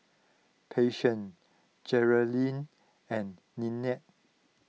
Patience Jerrilyn and Nelie